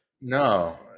No